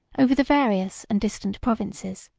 over the various and distant provinces,